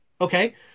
Okay